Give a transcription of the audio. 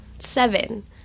Seven